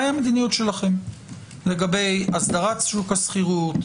מהי המדיניות שלכם לגבי הסדרת שוק השכירות,